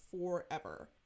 forever